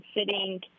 sitting